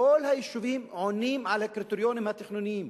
כל היישובים עונים על הקריטריונים התכנוניים.